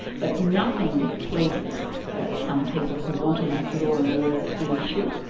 but nothing pleases some people who want to make law and order the issue,